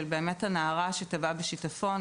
של הנערה שטבעה בשיטפון.